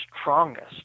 strongest